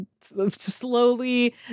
slowly